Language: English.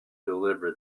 deliver